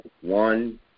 one